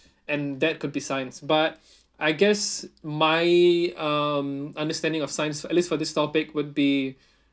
and that could be science but I guess my um understanding of science at least for this topic would be